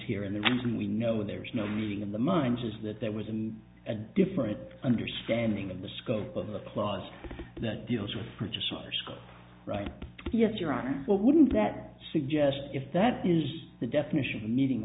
here and the reason we know there's no meeting of the minds is that there was a different understanding of the scope of the clause that deals with purchase orders right yes your honor well wouldn't that suggest if that is the definition of meeting